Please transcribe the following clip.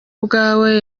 bwawe